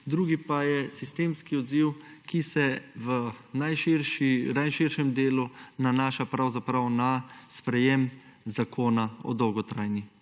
drugi pa je sistemski odziv, ki se v najširšem delu nanaša pravzaprav na sprejem zakona o dolgotrajni